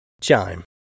Chime